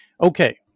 Okay